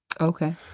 Okay